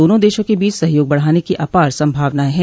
दोनों देशों के बीच सहयोग बढ़ाने की अपार संभावनाए हैं